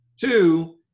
Two